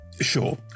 Sure